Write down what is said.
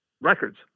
records